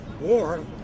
war